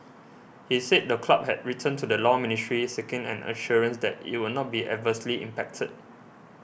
he said the club had written to the Law Ministry seeking an assurance that it would not be adversely impacted